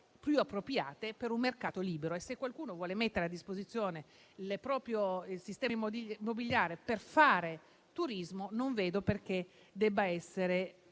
più appropriate per un mercato libero. Se qualcuno vuole mettere a disposizione il sistema immobiliare per fare turismo, non vedo perché debba essere